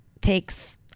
takes